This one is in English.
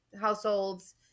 households